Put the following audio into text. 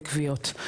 וכוויות.